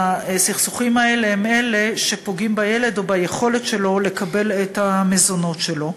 והסכסוכים האלה הם שפוגעים בילד או ביכולת שלו לקבל את המזונות שלו,